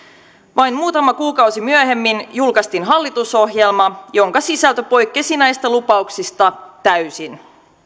vain muutama kuukausi myöhemmin julkaistiin hallitusohjelma jonka sisältö poikkesi näistä lupauksista täysin